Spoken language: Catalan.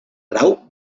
grau